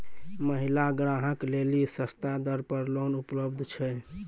महिला ग्राहक लेली सस्ता दर पर लोन उपलब्ध छै?